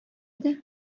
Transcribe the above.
иде